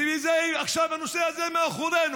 שעכשיו הנושא הזה מאחורינו.